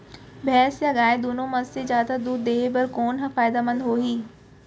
भैंस या गाय दुनो म से जादा दूध देहे बर कोन ह फायदामंद होही?